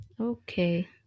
okay